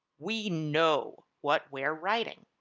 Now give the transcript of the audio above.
we know what we're writing.